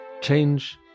Change